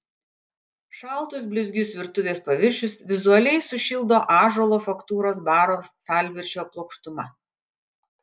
šaltus blizgius virtuvės paviršius vizualiai sušildo ąžuolo faktūros baro stalviršio plokštuma